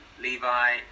Levi